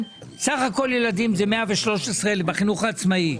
סך הכול ילדים זה 113,022 בחינוך העצמאי,